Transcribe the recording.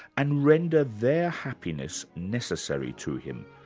and render their happiness necessary to him,